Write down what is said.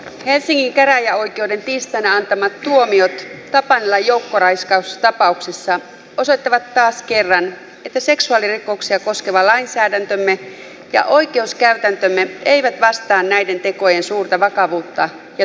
helsingin käräjäoikeuden tiistaina antamat tuomiot tapanilan joukkoraiskaustapauksessa osoittavat taas kerran että seksuaalirikoksia koskeva lainsäädäntömme ja oikeuskäytäntömme eivät vastaa näiden tekojen suurta vakavuutta ja tuomittavuutta